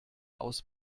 aus